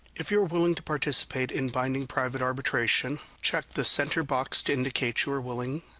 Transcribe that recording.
if you're willing to participate in binding private arbitration, check the center box to indicate you are willing,